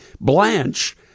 Blanche